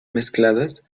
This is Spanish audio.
mezcladas